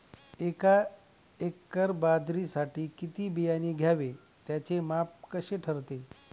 एका एकर बाजरीसाठी किती बियाणे घ्यावे? त्याचे माप कसे ठरते?